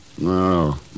No